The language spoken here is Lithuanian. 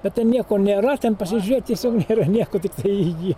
bet ten nieko nėra ten pasižiūrėt tiesiog nėra nieko tiktai į jį